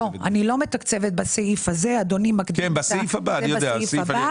אני לא מתקצבת בסעיף הזה, זה בסעיף הבא.